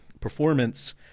performance